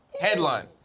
headline